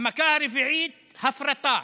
המכה הרביעית: הפרטה,